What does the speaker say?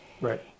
Right